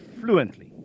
fluently